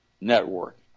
network